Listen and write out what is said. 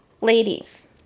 ladies